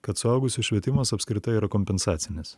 kad suaugusiųjų švietimas apskritai yra kompensacinis